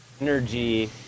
energy